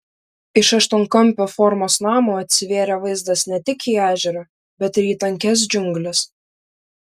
iš aštuonkampio formos namo atsivėrė vaizdas ne tik į ežerą bet ir į tankias džiungles